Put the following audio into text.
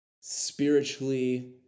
spiritually